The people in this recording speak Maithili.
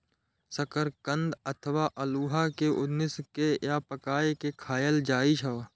शकरकंद अथवा अल्हुआ कें उसिन के या पकाय के खायल जाए छै